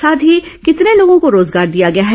साथ ही कितने लोगों को रोजगार दिया गया है